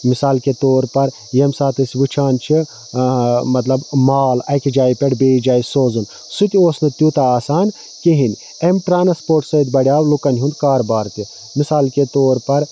مِثال کے طور پَر ییٚمہِ ساتہٕ أسۍ وٕچھان چھِ مَطلَب مال اَکہِ جایہِ پیٚٹھٕ بیٚیِس جایہِ سوزُن سُہ تہِ اوس نہٕ تیوٗتاہ آسان کِہیٖنۍ امہِ ٹرانسپوٹ سۭتۍ بَڑیو لُکَن ہُنٛد کاربار تہِ مِثال کے طور پَر